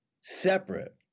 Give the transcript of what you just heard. separate